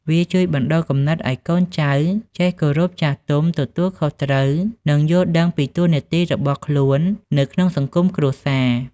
វាជួយបណ្ដុះគំនិតឱ្យកូនចៅចេះ គោរពចាស់ទុំ ទទួលខុសត្រូវ និងយល់ដឹងពីតួនាទី របស់ខ្លួននៅក្នុងសង្គមគ្រួសារ។